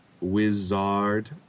Wizard